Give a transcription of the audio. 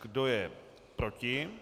Kdo je proti?